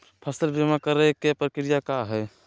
फसल बीमा करे के प्रक्रिया का हई?